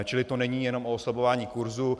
Čili to není jenom o oslabování kurzu.